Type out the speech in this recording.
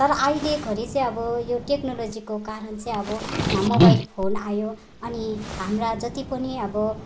तर अहिले घरी चाहिँ अब यो टेक्नोलोजीको कारण चाहिँ अब मोबाइल फोन आयो अनि हाम्रा जति पनि अब